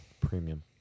Premium